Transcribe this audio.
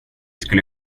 skulle